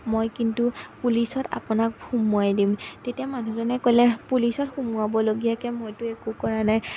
মই কিন্তু পুলিচত আপোনাক সোমোৱাই দিম তেতিয়া মানুহজনে ক'লে পুলিচত সুমুৱাবলগীয়াকৈ মইতো একো কৰা নাই